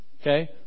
okay